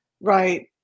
right